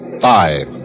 five